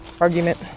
argument